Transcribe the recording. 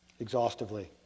exhaustively